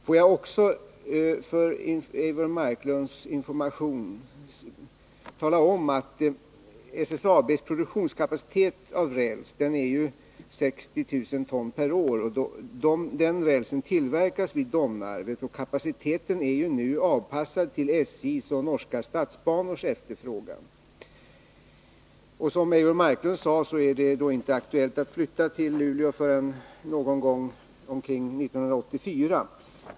Får jag också för Eivor Marklunds information nämna att SSAB:s produktionskapacitet när det gäller räls är 60 000 ton per år. Den rälsen tillverkas vid Domnarvet, och kapaciteten är nu avpassad till SJ:s och de norska statsbanornas efterfrågan. Som Eivor Marklund sade är det inte aktuellt att flytta till Luleå förrän någon gång omkring 1984.